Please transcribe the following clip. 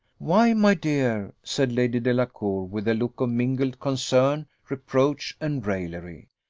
why, my dear, said lady delacour, with a look of mingled concern, reproach, and raillery,